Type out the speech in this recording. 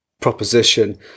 proposition